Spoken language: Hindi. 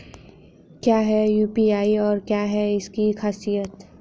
क्या है यू.पी.आई और क्या है इसकी खासियत?